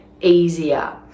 easier